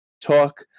talk